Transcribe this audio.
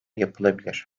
yapılabilir